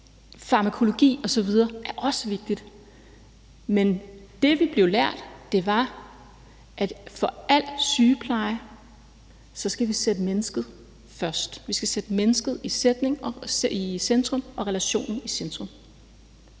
farmakologi osv., det er også vigtigt, men det, vi blev lært, var, at for al sygepleje gælder det, at vi skal sætte mennesket først; vi skal sætte mennesket i centrum og relationen i centrum.